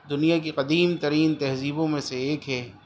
دنیا کی قدیم ترین تہذیبوں میں سے ایک ہے